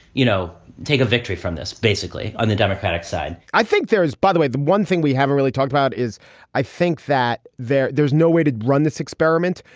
you know, take a victory from this basically on the democratic side i think there is, by the way, the one thing we haven't really talked about is i think that there there's no way to run this experiment,